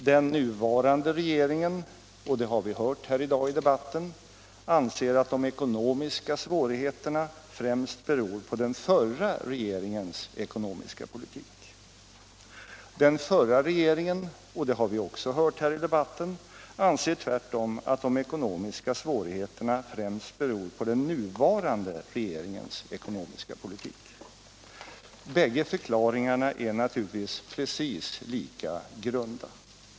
Den nuvarande regeringen anser — det har vi hört i dag i debatten — att de ekonomiska svårigheterna främst beror på den förra regeringens ekonomiska politik. Den förra regeringen anser — det har vi också hört här i debatten — tvärtom att de ekonomiska svårigheterna främst beror på den nuvarande regeringens ekonomiska politik. Bägge förklaringarna är naturligtvis precis lika grunda.